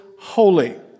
holy